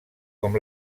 com